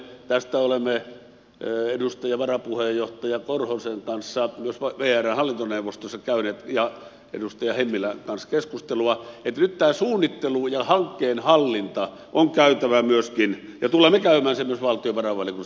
tästä olemme edustaja varapuheenjohtaja korhosen kanssa ja edustaja hemmilän kanssa myös vrn hallintoneuvostossa käyneet keskustelua että nyt tämä suunnittelu ja hankkeen hallinta on käytävä myöskin ja tulemme käymään sen myös valtiovarainvaliokunnassa tammikuussa läpi